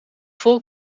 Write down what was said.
vol